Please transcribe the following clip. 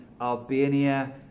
albania